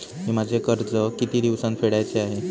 मी माझे कर्ज किती दिवसांत फेडायचे आहे?